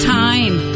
time